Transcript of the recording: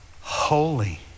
holy